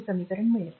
हे समीकरण मिळेल